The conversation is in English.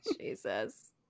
Jesus